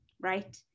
right